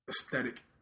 aesthetic